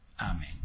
Amen